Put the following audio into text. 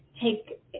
take